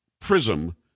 prism